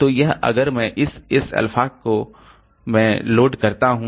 तो यह अगर मैं इस s को अल्फा में लोड करता हूं